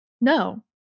No